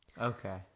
Okay